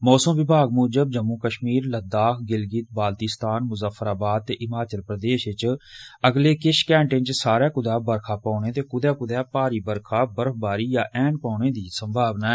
मौसम विमाग मूजब जम्मू कश्मीर लद्दाख गिलगित बाल्तीस्तान मुजफ्फराबाद ते हिमाचल प्रदेश च अगले किश घैंटे च सारे कुदै बरखा पौने ते कुदै कुदै भारी बरखा बर्फबारी जां ऐन पौने दी संभावना ऐ